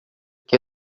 que